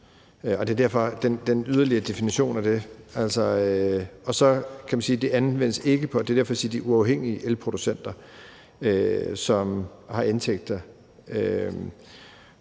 derfor, der er den yderligere definition af det. Så kan man sige, at det ikke anvendes på de uafhængige elproducenter, som har indtægter,